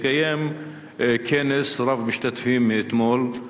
התקיים כנס רב משתתפים אתמול,